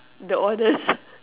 the honest